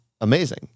amazing